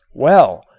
well,